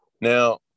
Now